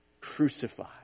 crucified